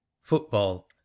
Football